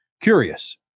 Curious